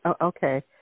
Okay